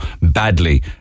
badly